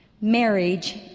marriage